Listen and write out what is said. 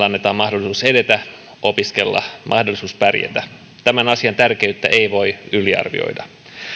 annetaan mahdollisuus edetä opiskella mahdollisuus pärjätä tämän asian tärkeyttä ei voi yliarvioida